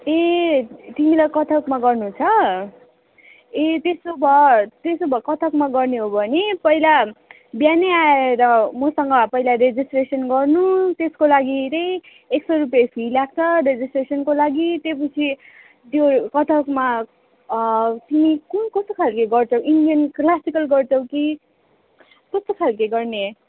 ए तिमीलाई कथकमा गर्नु छ ए त्यसो भए त्यसो भए कथकमा गर्ने हो भने पहिला बिहानै आएर मसँग पहिला रेजिस्ट्रेसन गर्नु त्यसको लागि चाहिँ एक सय रुपियाँ फी लाग्छ रेजिस्ट्रेसनको लागि त्योपछि त्यो कथकमा तिमी कुन कस्तो खालको गर्छौ इन्डियन क्लासिकल गर्छौ कि कस्तो खालको गर्ने